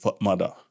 mother